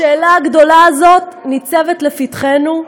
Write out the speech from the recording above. השאלה הגדולה הזאת ניצבת לפתחנו,